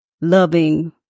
loving